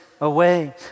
away